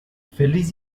feliz